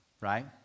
right